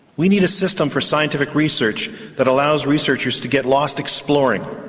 we need a system for scientific research that allows researchers to get lost exploring,